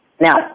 Now